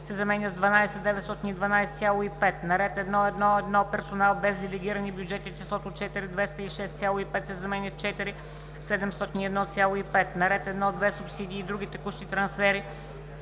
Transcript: се заменя с „12 912,5“. - на ред 1.1.1. Персонал без делегирани бюджети числото „4 206,5“ се заменя с „4 701,5“. - на ред 1.2. Субсидии и други текущи трансфери